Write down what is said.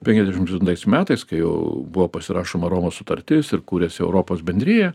penkiasdešimt aštuntais metais kai jau buvo pasirašoma romos sutartis ir kūrėsi europos bendrija